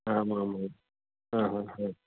आम् आम् आम् हा हा हा